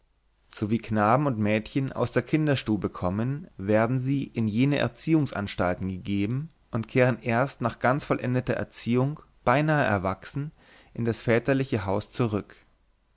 sowie knaben und mädchen aus der kinderstube kommen werden sie in jene erziehungsanstalten gegeben und kehren erst nach ganz vollendeter erziehung beinahe erwachsen in das väterliche haus zurück